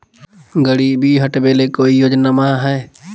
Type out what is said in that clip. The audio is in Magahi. गरीबी हटबे ले कोई योजनामा हय?